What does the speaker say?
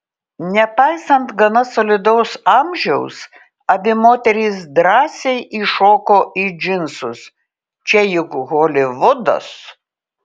nepaisant gana solidaus amžiaus abi moterys drąsiai įšoko į džinsus čia juk holivudas